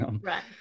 Right